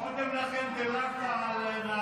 קודם דילגת על נעמה,